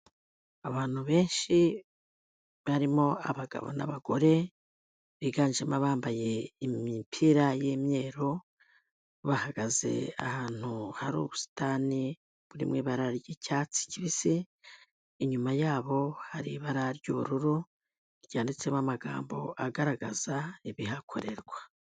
Abantu benshi barimo abagabo n'abagore, biganjemo abambaye imipira y'imyeru, bahagaze ahantu hari ubusitani, buri mu ibara ry'icyatsi kibisi, inyuma yabo hari ibara ry'ubururu ryanditsemo amagambo agaragaza ibihakorerwa.